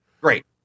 Great